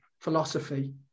philosophy